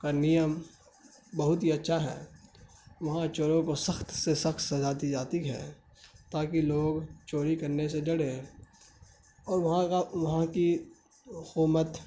کا نیم بہت ہی اچھا ہے وہاں چوروں کو سخت سے سخت سزا دی جاتی ہے تاکہ لوگ چوری کرنے سے ڈڑے اور وہاں کا وہاں کی حقومت